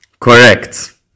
Correct